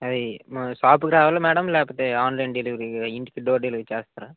అయ్ మ షాప్ కి రావాల మ్యాడం లేపోతే ఆన్లైన్ డెలివరీ ఇంటికి డోర్ డెలివరీ చేస్తారా